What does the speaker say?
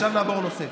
עכשיו נעבור נושא.